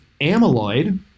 amyloid